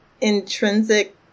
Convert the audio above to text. intrinsic